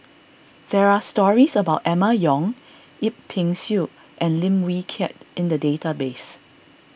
there are stories about Emma Yong Yip Pin Xiu and Lim Wee Kiak in the database